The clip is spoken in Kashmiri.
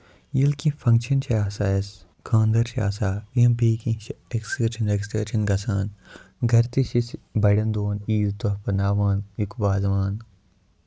ییٚلہِ کیٚنہہ فَنکشن چھُ آسان اَسہِ خاندر چھُ آسان یا بیٚیہِ کیٚنہہ چھُ ایٚکٕسکَرشن ویٚکٕسکرشن گژھان گرِ تہ چھِ أسۍ بَڑٮ۪ن دۄہَن عیٖز دۄہ بَناوان نیُک وازوان